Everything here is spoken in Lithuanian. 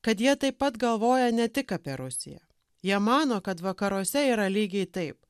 kad jie taip pat galvoja ne tik apie rusiją jie mano kad vakaruose yra lygiai taip